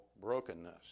brokenness